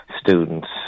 students